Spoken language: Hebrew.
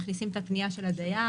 מכניסים את הפנייה של הדייר,